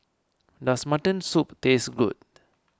does Mutton Soup taste good